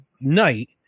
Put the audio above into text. night